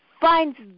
finds